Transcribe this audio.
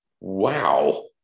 wow